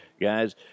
guys